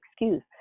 excuse